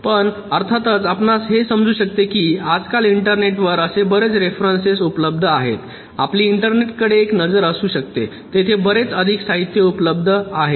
पण अर्थातच आपणास हे समजू शकते की आजकाल इंटरनेटवर असे बरेच रेफरन्स उपलब्ध आहेत आपली इंटरनेटकडे एक नजर असू शकते तेथे बरेच अधिक साहित्य आपल्याला उपलब्ध आहे